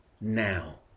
now